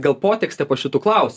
gal potekstę po šitu klaus